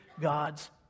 God's